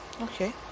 Okay